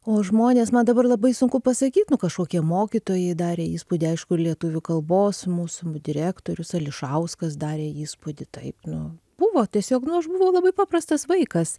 o žmonės man dabar labai sunku pasakyt nu kažkokie mokytojai darė įspūdį aišku ir lietuvių kalbos mūsų direktorius ališauskas darė įspūdį taip nu buvo tiesiog nu aš buvau labai paprastas vaikas